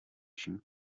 čím